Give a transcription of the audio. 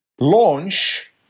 launch